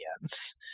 audience